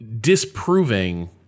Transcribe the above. disproving